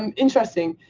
um interesting.